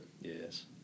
Yes